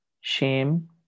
shame